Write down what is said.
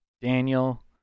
Daniel